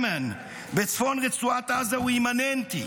famine, בצפון רצועת עזה הוא אימננטי,